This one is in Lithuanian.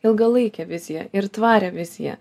ilgalaikę viziją ir tvarią viziją